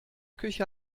küche